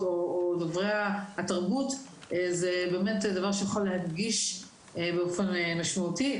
ודוברי התרבות זה באמת דבר שיכול להדגיש באופן משמעותי.